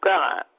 God